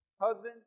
husband